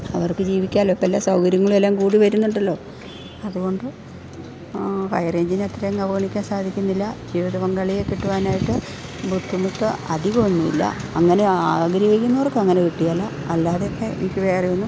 അവർക്ക് ജീവിക്കാലോ ഇപ്പോൾ എല്ലാ സൗകര്യങ്ങളും എല്ലാം കൂടി വരുന്നുണ്ടല്ലോ അതുകൊണ്ട് ഹൈറേയ്ഞ്ചിനെ അത്രയും അങ്ങ് അവഗണിക്കാൻ സാധിക്കുന്നില്ല ജീവിത പങ്കാളിയെ കിട്ടുവാനായിട്ട് ബുദ്ധിമുട്ട് അധികൊന്നുമില്ല അങ്ങനെ ആഗ്രഹിക്കുന്നവർക്ക് അങ്ങനെ കിട്ടുകയില്ല അല്ലാതെയൊക്കെ എനിക്ക് വേറെ ഒന്നും